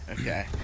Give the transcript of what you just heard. Okay